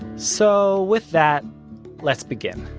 so with that let's begin.